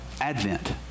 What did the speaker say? Advent